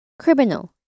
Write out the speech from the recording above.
criminal